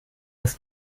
das